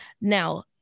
Now